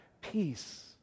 peace